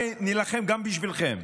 נילחם גם בשבילכם,